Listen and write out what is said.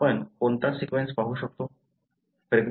आपण कोणता सीक्वेन्स पाहू शकतो